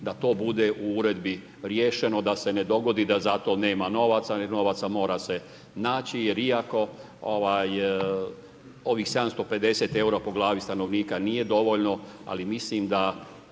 da to bude u uredbi riješeno da se ne dogodi da za to nema novaca, novaca mora se naći, jer iako ovih 750 eura po glavi stanovnika nije dovoljno, ali mislim da